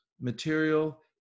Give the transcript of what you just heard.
Material